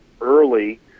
early